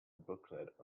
booklet